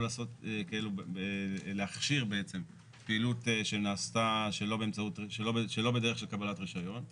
להכשיר פעילות שנעשתה שלא בדרך של קבלת רישיון,